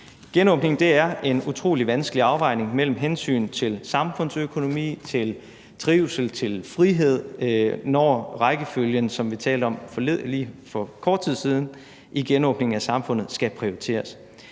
Genåbning er en utrolig vanskelig afvejning mellem hensyn til samfundsøkonomi, til trivsel og til frihed, når rækkefølgen, som vi talte om for kort